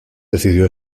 decidió